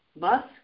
musk